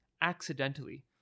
accidentally